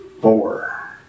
four